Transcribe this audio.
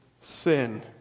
sin